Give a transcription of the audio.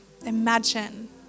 imagine